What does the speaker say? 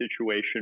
situation